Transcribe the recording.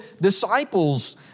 disciples